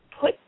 put